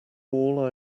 all